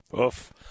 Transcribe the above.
Oof